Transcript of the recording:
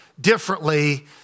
differently